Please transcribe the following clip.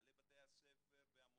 מנהלי בתי הספר והמורים,